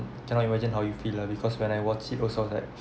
cannot imagine how you feel lah because when I watch it also I was like